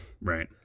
Right